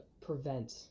prevent